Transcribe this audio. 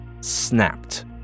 snapped